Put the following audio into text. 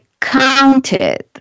counted